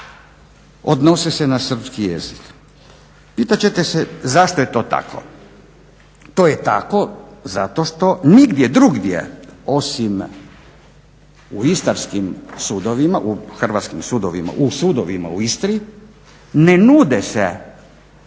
odnose se na srpski jezik. Pitat ćete se zašto je to tako. To je tako zato što nigdje drugdje osim u istarskim sudovima, u hrvatskim sudovima u sudovima u Istri ne nude se